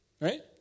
Right